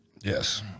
Yes